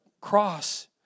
cross